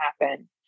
happen